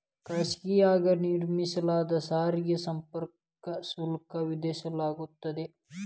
ಖಾಸಗಿಯಾಗಿ ನಿರ್ಮಿಸಲಾದ ಸಾರಿಗೆ ಸಂಪರ್ಕಕ್ಕೂ ಶುಲ್ಕ ವಿಧಿಸಲಾಗ್ತದ